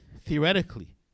theoretically